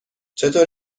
چطور